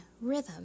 rhythm